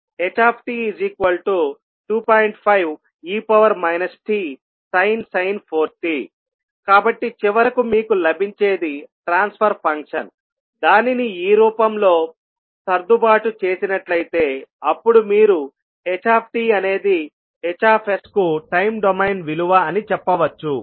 5e tsin 4t కాబట్టి చివరకు మీకు లభించేది ట్రాన్స్ఫర్ ఫంక్షన్ దానిని ఈ రూపంలో సర్దుబాటు చేసినట్లయితేఅప్పుడు మీరు ht అనేది Hsకు టైం డొమైన్ విలువ అని చెప్పవచ్చు